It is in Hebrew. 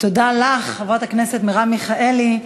תודה לך, חברת הכנסת מרב מיכאלי.